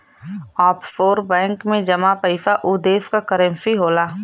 offshore bank में जमा पइसा उ देश क करेंसी होला